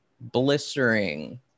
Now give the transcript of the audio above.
blistering